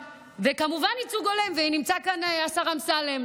וכמובן ייצוג הולם, ונמצא כאן השר אמסלם.